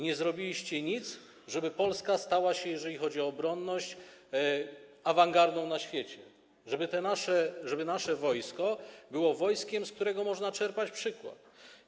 Nie zrobiliście nic, żeby Polska stała się, jeżeli chodzi o obronność, awangardą na świecie, żeby nasze wojsko było wojskiem, z którego można czerpać przykład.